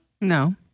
No